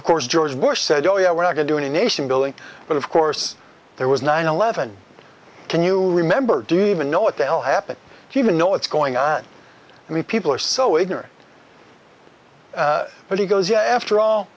of course george bush said oh yeah i want to do nation building but of course there was nine eleven can you remember do you even know what the hell happened even know what's going on i mean people are so ignorant but he goes yeah after all